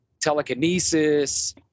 telekinesis